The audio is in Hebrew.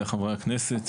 חברי הכנסת,